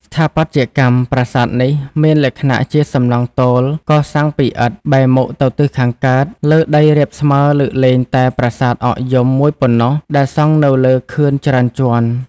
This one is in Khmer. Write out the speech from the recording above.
ស្ថាបត្យកម្មរ ប្រាសាទនេះមានលក្ខណៈជាសំណង់ទោល កសាងពីឥដ្ឋ បែរមុខទៅទិសខាងកើត លើដីរាបស្មើលើកលែងតែប្រាសាទអកយំមួយប៉ុណ្ណោះ ដែលសង់នៅលើខឿនច្រើនជាន់។